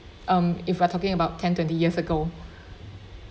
um if you are talking about ten twenty years ago